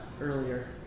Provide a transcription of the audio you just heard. earlier